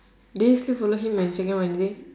then you still follow him on instagram or anything